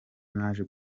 naje